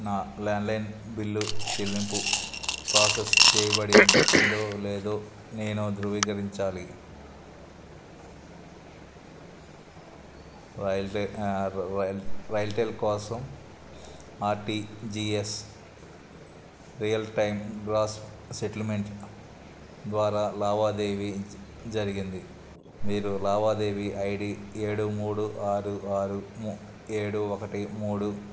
నా landline bill చెల్లింపు process చేయబడిందో లేదో నేను ధృవీకరించాలి రైల్టే రైల్టెల్ కోసం R T G S real time gross settlement ద్వారా లావాదేవీ జరిగింది మీరు లావాదేవీ ఐ డి ఏడు మూడు ఆరు ఆరు ము ఏడు ఒకటి మూడు